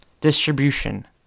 distribution